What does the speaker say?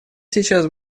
сейчас